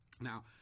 Now